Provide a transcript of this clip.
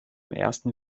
ersten